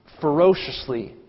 ferociously